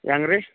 ಹೆಂಗ್ ರೀ